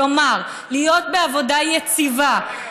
כלומר להיות בעבודה יציבה,